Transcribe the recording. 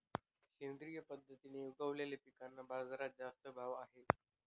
सेंद्रिय पद्धतीने उगवलेल्या पिकांना बाजारात जास्त भाव आहे